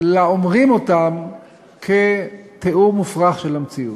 לאומרים אותן כתיאור מופרך של המציאות.